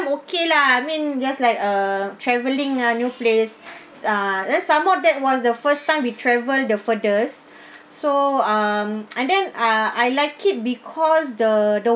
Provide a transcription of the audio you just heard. okay lah I mean just like uh travelling ah new place ah and then some more that was the first time we travel the furthest so um and then ah I like it because the the